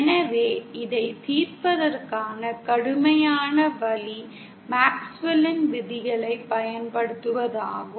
எனவே இதைத் தீர்ப்பதற்கான கடுமையான வழி மேக்ஸ்வெல்லின் விதிகளைப் பயன்படுத்துவதாகும்